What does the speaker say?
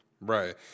Right